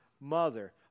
mother